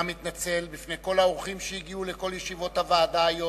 גם אני מתנצל בפני כל האורחים שהגיעו לכל ישיבות הוועדות היום,